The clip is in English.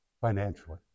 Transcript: financially